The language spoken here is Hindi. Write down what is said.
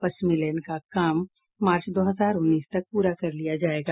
पश्चिमी लेन का काम मार्च दो हजार उन्नीस तक पूरा कर लिया जायेगा